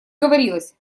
говорилось